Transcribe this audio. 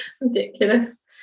ridiculous